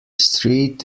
street